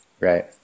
right